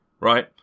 right